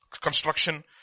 construction